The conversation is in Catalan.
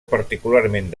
particularment